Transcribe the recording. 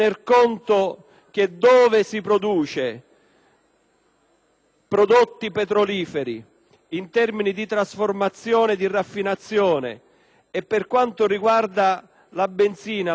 prodotti petroliferi in termini di trasformazione e di raffinazione e per quanto riguarda la benzina senza piombo ed il gasolio per autotrazione,